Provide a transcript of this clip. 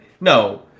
No